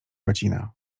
łacinę